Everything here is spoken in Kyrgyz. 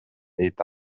дейт